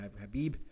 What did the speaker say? Habib